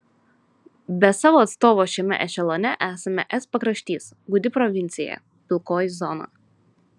be savo atstovo šiame ešelone esame es pakraštys gūdi provincija pilkoji zona